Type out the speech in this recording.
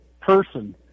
person